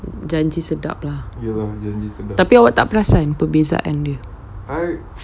janji sedap lah tapi awak tak perasan perbezaan dia